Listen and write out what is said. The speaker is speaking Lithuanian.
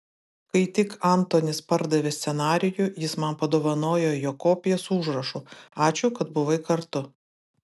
kai tik antonis pardavė scenarijų jis man padovanojo jo kopiją su užrašu ačiū kad buvai kartu